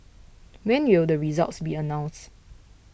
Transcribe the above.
when will the results be announced